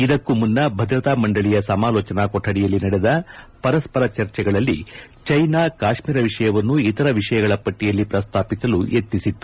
ಇದಕ್ಕೂ ಮುನ್ನ ಭದ್ರತಾ ಮಂಡಳಿಯ ಸಮಾಲೋಚನಾ ಕೊಠಡಿಯಲ್ಲಿ ನಡೆದ ಪರಸ್ಪರ ಚರ್ಚೆಗಳಲ್ಲಿ ಚೀನಾ ಕಾಶ್ಮೀರ ವಿಷಯವನ್ನು ಇತರ ವಿಷಯಗಳ ಪಟ್ಟಿಯಲ್ಲಿ ಪ್ರಸ್ತಾಪಿಸಲು ಯತ್ನಿಸಿತ್ತು